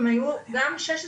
הם היון לפחות כ-16